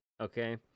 Okay